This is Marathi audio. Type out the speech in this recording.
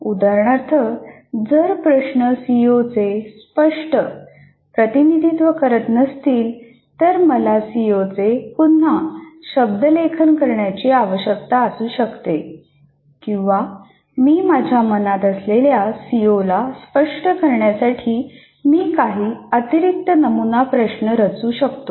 उदाहरणार्थ जर प्रश्न सीओचे स्पष्ट प्रतिनिधित्व करीत नसतील तर मला सीओचे पुन्हा शब्दलेखन करण्याची आवश्यकता असू शकते किंवा मी माझ्या मनात असलेल्या सीओला स्पष्ट करण्यासाठी मी काही अतिरिक्त नमुना प्रश्न रचू शकतो